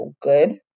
good